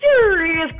serious